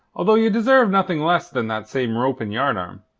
although ye deserve nothing less than that same rope and yardarm,